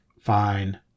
fine